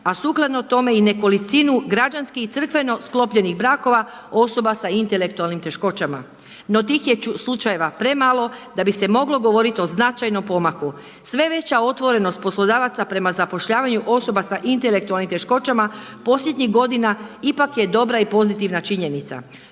a sukladno tome i nekolicinu građanskih i crkveno sklopljenih brakova osoba sa intelektualnim teškoćama. No tih je slučajeva premalo da bi se moglo govoriti o značajnom pomaku. Sve veća otvorenost poslodavaca prema zapošljavanju osoba sa intelektualnim teškoćama posljednjih godina ipak je dobra i pozitivna činjenica.